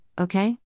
okay